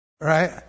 Right